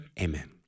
Amen